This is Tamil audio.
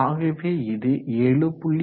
ஆகவே இது 7